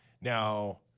now